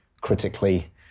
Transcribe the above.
critically